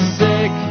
sick